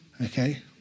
Okay